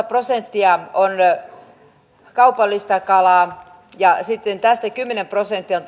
prosenttia on kaupallista kalaa ja sitten tästä kymmenen prosenttia on